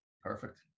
Perfect